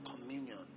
communion